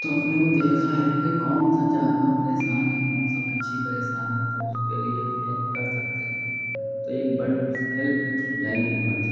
तो उसमें लोग कहते हैं कि कौन सा जानवर परेशान है कौन सा पक्षी परेशान है तो उसके लिए हेल्प कर सकते हैं तो यह एक पेट्स हेल्पलाइन होना चाहिए